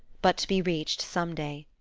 but to be reached some day.